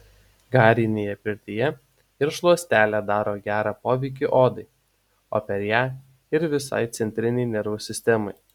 garinėje pirtyje ir šluotelė daro gerą poveikį odai o per ją ir visai centrinei nervų sistemai